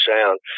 sound